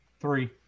Three